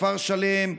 לכפר שלם,